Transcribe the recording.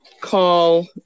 call